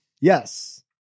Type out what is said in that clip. Yes